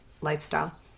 lifestyle